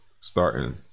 starting